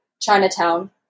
Chinatown